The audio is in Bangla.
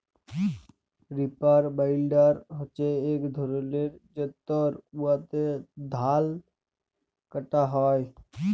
রিপার বাইলডার হছে ইক ধরলের যল্তর উয়াতে ধাল কাটা হ্যয়